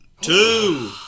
two